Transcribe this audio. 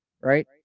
right